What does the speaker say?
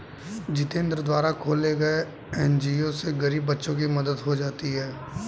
जितेंद्र द्वारा खोले गये एन.जी.ओ से गरीब बच्चों की मदद हो जाती है